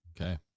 Okay